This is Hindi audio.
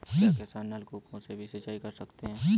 क्या किसान नल कूपों से भी सिंचाई कर सकते हैं?